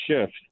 shift